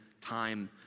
time